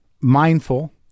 mindful